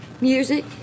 music